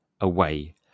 away